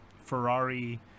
Ferrari